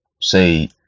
Say